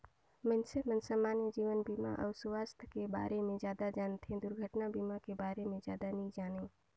मइनसे मन समान्य जीवन बीमा अउ सुवास्थ के बारे मे जादा जानथें, दुरघटना बीमा के बारे मे जादा नी जानें